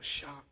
shocked